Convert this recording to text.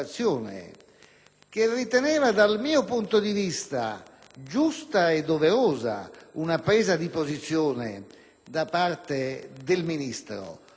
giusta e doverosa presa di posizione da parte del Ministro. Non dimentichiamo che fra le ragioni per le quali